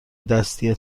دستی